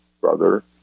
brother